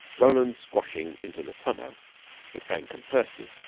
roland squashing into the tonneau with frank and percy,